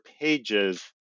pages